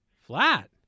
Flat